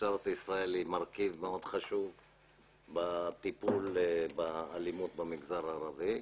משטרת ישראל היא מרכיב מאוד חשוב בטיפול באלימות במגזר הערבי.